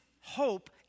hope